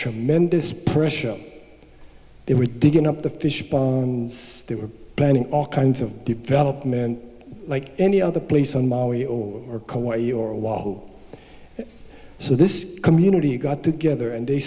tremendous pressure they were digging up the fish ponds they were planning all kinds of development like any other place on maui or coa your wall so this community got together and they